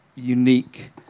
Unique